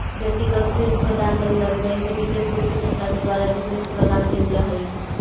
व्यक्तिगत ऋण प्रदान करे लगी बैंक के विशेष रुप से सरकार के द्वारा निर्देश देल जा हई